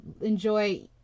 enjoy